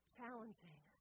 challenging